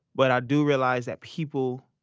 but i do realize that people,